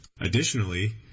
Additionally